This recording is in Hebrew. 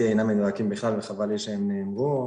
אינם מדויקים בכלל וחבל לי שהם נאמרו.